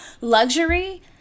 luxury